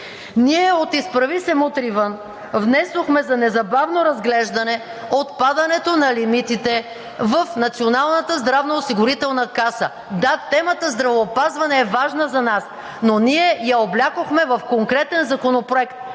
Ние от „Изправи се! Мутри вън!“ внесохме за незабавно разглеждане отпадането на лимитите в Националната здравноосигурителна каса. Да, темата „Здравеопазване“ е важна за нас, но ние я облякохме в конкретен законопроект,